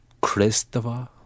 Christopher